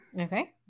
Okay